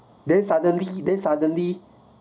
then suddenly then suddenly